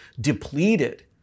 depleted